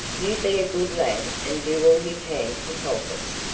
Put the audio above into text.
you be a good lad and do all you can to help us,